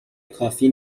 کافی